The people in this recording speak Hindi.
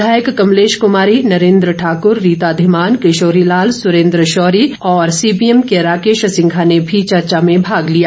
विधायक कमलेश कुमारी नरेंद्र ठाकुर रीता धीमान किशोरी लाल सुरेंद्र शौरी और सीपीएम के राकेश सिंघा ने भी चर्चा में भी भाग लिया